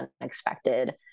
unexpected